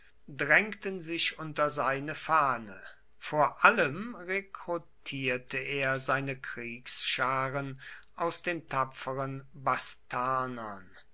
drängten sich unter seine fahne vor allem rekrutierte er seine kriegsscharen aus den tapferen